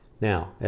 Now